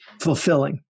fulfilling